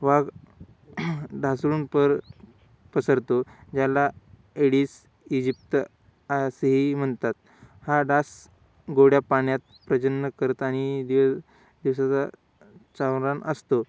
वा ढासळून पर पसरतो ज्याला एडिस इजिप्त असेही म्हणतात हा डास गोड्या पाण्यात प्रजनन करत आणि दिव दिवसाचा चावणारा असतो